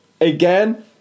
Again